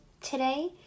today